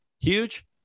huge